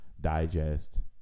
digest